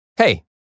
Hey